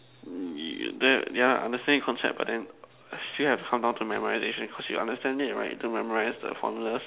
you yeah same concept but then still have to come down to memorization cause you understand it right to memorize the formulas